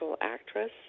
actress